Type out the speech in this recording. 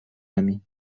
amie